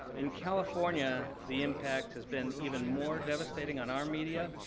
in california, the impact has been even more devastating on our media.